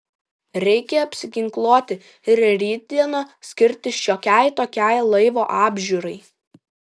reikia apsiginkluoti ir rytdieną skirti šiokiai tokiai laivo apžiūrai